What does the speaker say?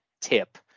tip